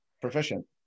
proficient